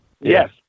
Yes